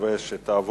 תודה